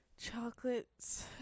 Chocolates